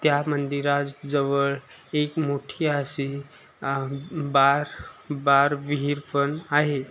त्या मंदिराजवळ एक मोठी अशी बार बार विहीर पण आहे